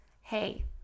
Hey